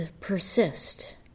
persist